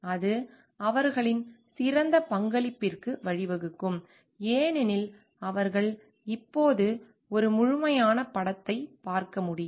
அது அவர்களின் சிறந்த பங்களிப்பிற்கு வழிவகுக்கும் ஏனெனில் அவர்கள் இப்போது ஒரு முழுமையான படத்தை பார்க்க முடியும்